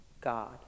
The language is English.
God